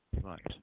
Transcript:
right